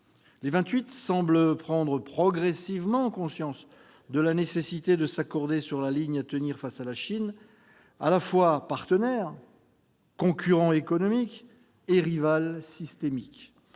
semblent prendre progressivement conscience de la nécessité de s'accorder sur la ligne à tenir face à la Chine, à la fois partenaire, concurrent économique et rival systémique.